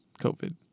COVID